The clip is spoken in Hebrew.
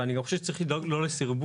אבל אני חושב שצריך לדאוג לא לסרבול.